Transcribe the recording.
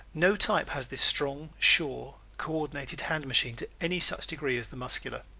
no type has this strong, sure, co-ordinated hand-machine to any such degree as the muscular.